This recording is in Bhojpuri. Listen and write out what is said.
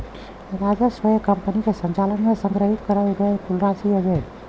राजस्व एक कंपनी के संचालन में संग्रहित करल गयल कुल राशि हउवे